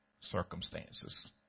circumstances